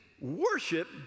worship